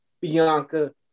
Bianca